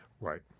Right